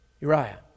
Uriah